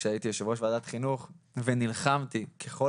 כשהייתי יושב ראש ועדת החינוך ונלחמתי ככל